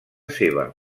seva